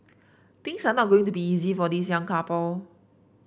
things are not going to be easy for this young couple